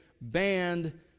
banned